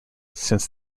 since